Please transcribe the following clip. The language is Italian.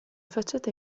facciata